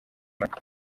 imana